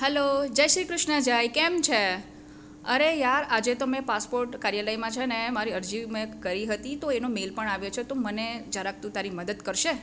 hello જય શ્રી કૃષ્ણ જય કેમ છે અરે યાર આજે તો મેં પાસપોર્ટ કાર્યાલયમાં છે ને મારી અરજી મેં કરી હતી તો એનો મેલ પણ આવ્યો છે તો મને છે જરાક તું તારી મદદ કરશે